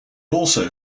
also